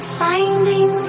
finding